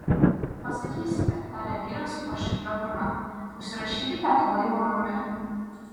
pasakysite tarė vyras su pašaipia burna užsirašykite to laivo numerį